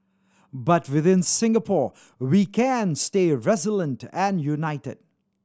but within Singapore we can stay resilient and united